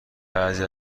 بعضی